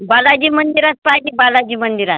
बालाजी मंदिरात पाहिजे बालाजी मंदिरात